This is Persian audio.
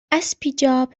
اَسپیجاب